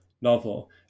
novel